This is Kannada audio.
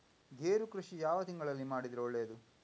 ಗೇರು ಕೃಷಿ ಯಾವ ತಿಂಗಳಲ್ಲಿ ಮಾಡಿದರೆ ಒಳ್ಳೆಯದು?